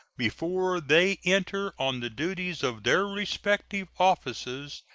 before they enter on the duties of their respective offices,